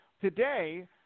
Today